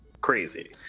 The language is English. crazy